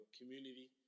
community